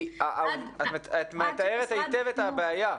את מתארת היטב את הבעיה.